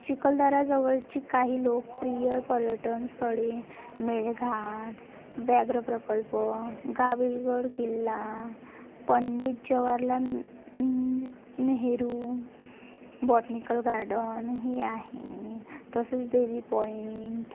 चिखलदऱ्याजवळची काही लोकप्रिय पर्यटन स्थळे मेळघाट व्याघ्र प्रकल्प गाविलगड किल्ला पंडित जवारलाल नेहरू बॉटनिकल गार्डन हे आहे तसेच देवी पॉईंट